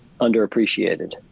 underappreciated